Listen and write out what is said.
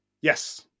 Yes